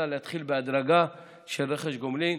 אלא להתחיל בהדרגה רכש גומלין.